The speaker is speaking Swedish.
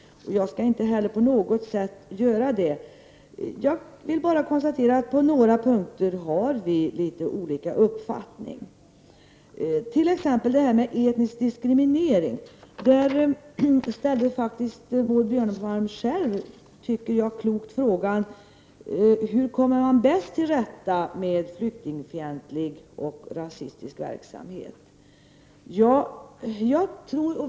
Jag skall inte heller göra det. Men på några punkter har vi litet olika uppfattning. Vi har t.ex. detta med etnisk diskriminering. Där ställde Maud Björnemalm själv den kloka frågan hur man bäst kommer till rätta med flyktingfientlighet och rasistisk verksamhet.